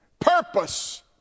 purpose